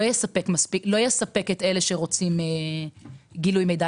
לא יספק את אלה שרוצים גילוי מידע,